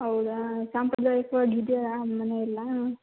ಹೌದಾ ಸಾಂಪ್ರದಾಯಿಕ್ವಾಗಿ ಇದೆಯಾ ಮನೆ ಎಲ್ಲ